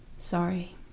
sorry